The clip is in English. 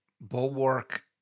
Bulwark